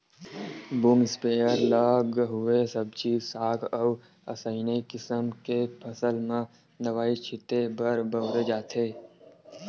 boom sprayer ल गहूँए सब्जी साग अउ असइने किसम के फसल म दवई छिते बर बउरे जाथे